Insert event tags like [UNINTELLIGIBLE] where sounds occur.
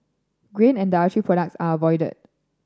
grain and [UNINTELLIGIBLE] products are avoided